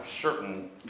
certain